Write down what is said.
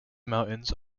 mountains